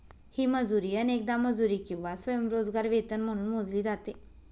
ही मजुरी अनेकदा मजुरी किंवा स्वयंरोजगार वेतन म्हणून मोजली जाते